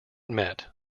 met